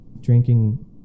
drinking